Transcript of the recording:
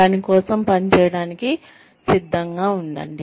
దాని కోసం పని చేయడానికి సిద్ధంగా ఉండండి